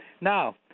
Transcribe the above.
Now